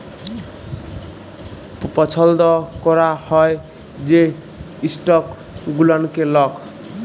পছল্দ ক্যরা হ্যয় যে ইস্টক গুলানকে লক